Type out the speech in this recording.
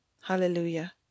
Hallelujah